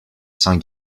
saint